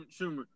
Schumer